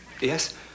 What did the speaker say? Yes